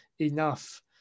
enough